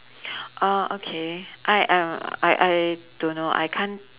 oh okay I I uh I I don't know I can't